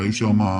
היו שם,